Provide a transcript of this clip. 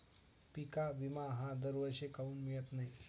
पिका विमा हा दरवर्षी काऊन मिळत न्हाई?